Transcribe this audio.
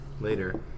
later